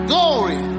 Glory